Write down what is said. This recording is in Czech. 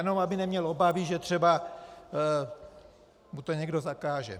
Jenom aby neměl obavy, že třeba mu to někdo zakáže.